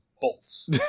bolts